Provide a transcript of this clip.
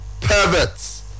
perverts